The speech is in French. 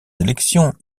élections